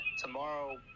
Tomorrow